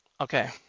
Okay